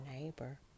neighbor